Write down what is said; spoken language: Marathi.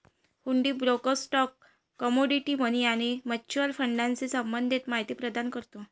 हुंडी ब्रोकर स्टॉक, कमोडिटी, मनी आणि म्युच्युअल फंडाशी संबंधित माहिती प्रदान करतो